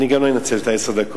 אני גם לא אנצל את עשר הדקות.